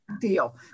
deal